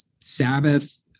Sabbath